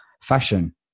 fashion